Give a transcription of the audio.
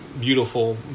beautiful